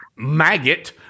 maggot